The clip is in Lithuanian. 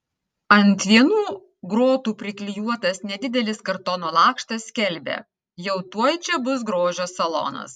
ant vienų grotų priklijuotas nedidelis kartono lakštas skelbia jau tuoj čia bus grožio salonas